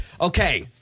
Okay